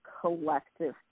collective